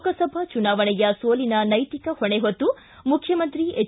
ಲೋಕಸಭಾ ಚುನಾವಣೆಯ ಸೋಲಿನ ನೈತಿಕ ಹೊಣೆ ಹೊತ್ತು ಮುಖ್ಯಮಂತ್ರಿ ಎಚ್